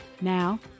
Now